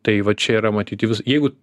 tai va čia yra matyt jeigu